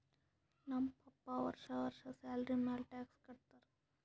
ನಮ್ ಪಪ್ಪಾ ವರ್ಷಾ ವರ್ಷಾ ಸ್ಯಾಲರಿ ಮ್ಯಾಲ ಟ್ಯಾಕ್ಸ್ ಕಟ್ಟತ್ತಾರ